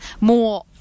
more